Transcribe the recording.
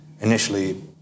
initially